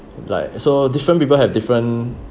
like so different people have different